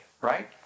right